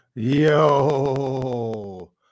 Yo